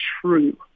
true